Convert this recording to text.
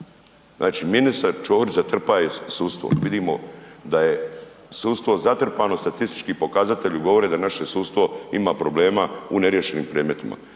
Znači ministar Ćorić zatrpaje sudstvo. Vidimo da je sudstvo zatrpano, statistički pokazatelji govore da naše sudstvo ima problema u neriješenim predmetima.